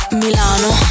milano